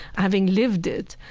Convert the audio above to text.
having lived it.